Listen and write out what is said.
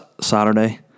Saturday